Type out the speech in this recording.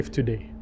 today।